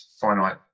finite